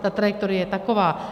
Ta trajektorie je taková.